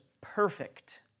perfect